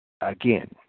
Again